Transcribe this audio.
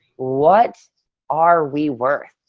what are we worth?